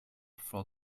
for